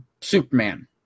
Superman